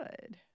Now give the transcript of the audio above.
Good